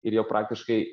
ir jau praktiškai